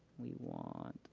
we want